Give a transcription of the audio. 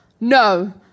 no